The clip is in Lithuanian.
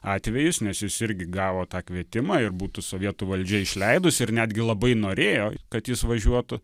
atvejis nes jis irgi gavo tą kvietimą ir būtų sovietų valdžiai išleidus ir netgi labai norėjo kad jis važiuotų